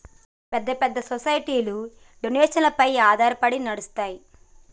పెద్ద పెద్ద సొసైటీలు డొనేషన్లపైన ఆధారపడి నడుస్తాయి